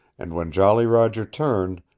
and when jolly roger turned,